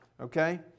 okay